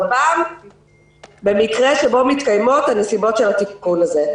פעם במקרה שבו מתקיימות הנסיבות של התיקון הזה.